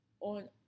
on